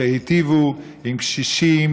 שהטיבו עם קשישים,